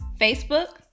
Facebook